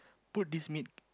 put this mid